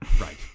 Right